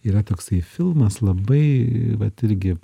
yra toksai filmas labai vat irgi